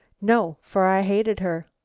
no, for i hated her.